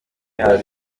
haza